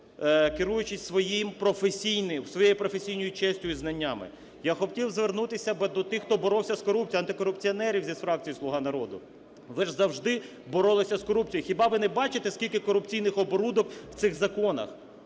своєю професійною честю і знаннями. Я хотів звернутися би до тих, хто боровся з корупцією, антикорупціонерів зі фракції "Слуга народу": ви ж завжди боролися з корупцією, хіба ви не бачите, скільки корупційних оборудок в цих законах?